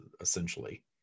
essentially